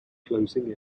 closing